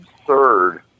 absurd